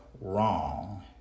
wrong